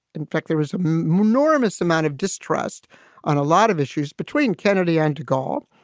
in fact, there was a more enormous amount of distrust on a lot of issues between kennedy and de gaulle.